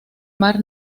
mar